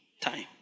time